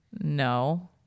No